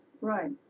Right